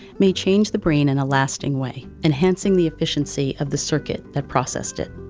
may change the brain in a lasting way, enhancing the efficiency of the circuit that processed it.